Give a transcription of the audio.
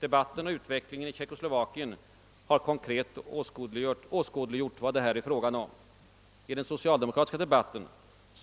Debatten och utvecklingen i Tjeckoslovakien har konkret åskådliggjort detta. I den socialdemokratiska debatten